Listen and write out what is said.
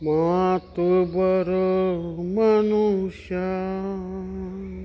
ಮಾತು ಬರೋ ಮನುಷ್ಯ